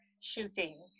Shooting